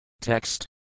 Text